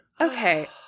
okay